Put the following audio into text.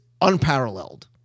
unparalleled